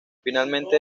finalmente